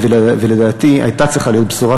ולדעתי הייתה צריכה להיות בשורה,